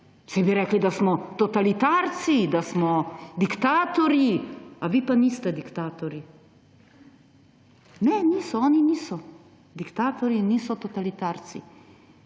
Saj bi rekli, da smo totalitarci, da smo diktatorji. A vi pa niste diktatorji? Ne, niso, oni niso! Diktatorji niso totalitarci.